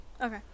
Okay